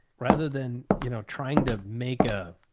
rather than, you know, trying to make a,